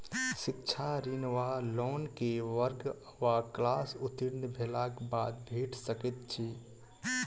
शिक्षा ऋण वा लोन केँ वर्ग वा क्लास उत्तीर्ण भेलाक बाद भेट सकैत छी?